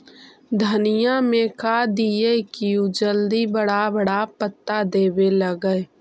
धनिया में का दियै कि उ जल्दी बड़ा बड़ा पता देवे लगै?